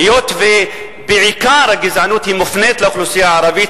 היות שעיקר הגזענות מופנית לאוכלוסייה הערבית,